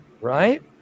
right